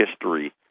history